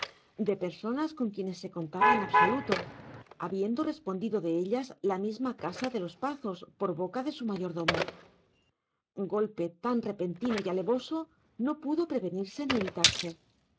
de personas con quienes se contaba en absoluto habiendo respondido de ellas la misma casa de los pazos por boca de su mayordomo golpe tan repentino y alevoso no pudo prevenirse ni evitarse